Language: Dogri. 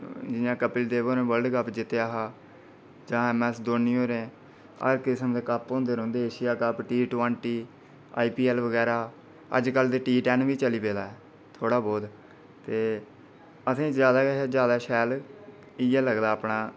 जि'यां कपिल देव होरें वर्ल्ड कप जित्तेआ हा जां एम एस धोनी होरें हर किस्म दे कप होंदे रौंहदे जि'यां Asia cup T twenty IPL बगैरा अज्ज टी टेन बी चली पेदा थोह्ड़ा बहुत ते असेंगी जादै कशा जादै शैल इ'यै लगदा अपना